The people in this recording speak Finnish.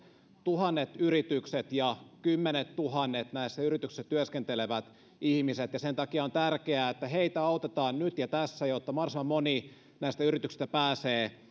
tuhannet yritykset ja kymmenettuhannet näissä yrityksissä työskentelevät ihmiset ja sen takia on tärkeää että heitä autetaan nyt ja tässä jotta mahdollisimman moni näistä yrityksistä pääsee